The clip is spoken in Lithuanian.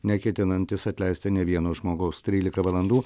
neketinantis atleisti nei vieno žmogaus trylika valandų